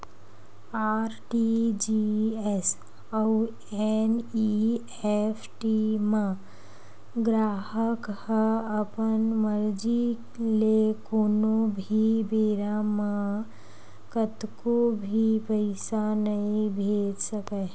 RTGS अउ NEFT म गराहक ह अपन मरजी ले कोनो भी बेरा म कतको भी पइसा नइ भेज सकय